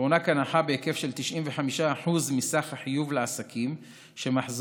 תוענק הנחה בהיקף של 95% מסך החיוב לעסקים שמחזורם